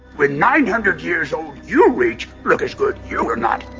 when nine hundred years old you reach, look as good you will not,